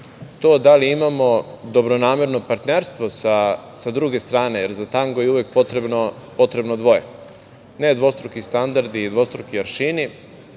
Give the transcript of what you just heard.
to da li imamo dobronamerno partnerstvo sa druge strane, jer za tango je uvek potrebno dvoje, ne dvostruki standardi, dvostruki aršini,